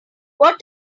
what